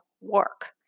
work